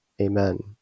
Amen